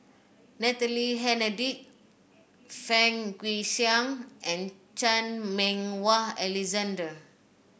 Natalie Hennedige Fang Guixiang and Chan Meng Wah Alexander